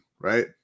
right